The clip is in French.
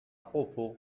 propos